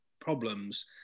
problems